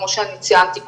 כמו שאני ציינתי קודם,